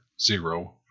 zero